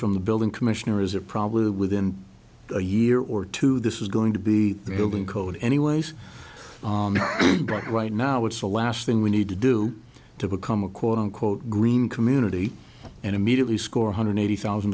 from the building commissioner is that probably within a year or two this is going to be building code anyways right now it's the last thing we need to do to become a quote unquote green community and immediately score one hundred eighty thousand